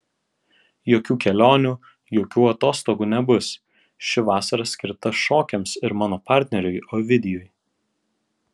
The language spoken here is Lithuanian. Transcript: jokių kelionių jokių atostogų nebus ši vasara skirta šokiams ir mano partneriui ovidijui